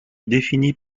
défini